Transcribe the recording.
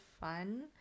fun